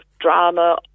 drama